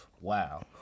Wow